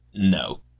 No